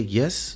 yes